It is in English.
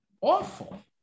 awful